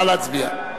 נא להצביע.